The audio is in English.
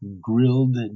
grilled